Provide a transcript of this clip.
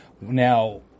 Now